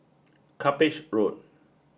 Cuppage Road